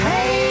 Hey